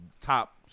top